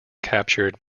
captured